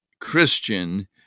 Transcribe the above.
christian